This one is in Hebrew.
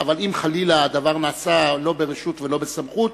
אבל אם חלילה הדבר נעשה לא ברשות ולא בסמכות,